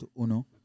UNO